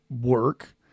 work